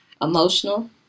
emotional